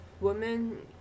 Women